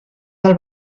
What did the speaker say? del